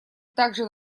также